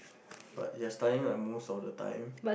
but it has study like most of the time